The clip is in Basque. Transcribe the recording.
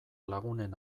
lagunen